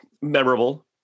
Memorable